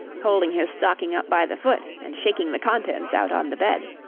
holding his stocking up by the foot and shaking the contents out on the bed.